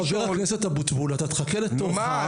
חבר הכנסת אבוטבול, אתה תחכה לתורך.